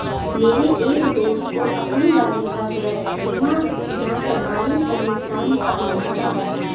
मेरे एक दोस्त को अपनी गाड़ी का गैप बीमा ना करवाने पर नुकसान उठाना पड़ा